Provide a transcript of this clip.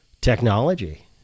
technology